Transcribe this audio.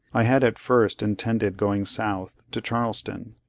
i had at first intended going south to charleston.